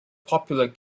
popular